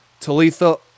Talitha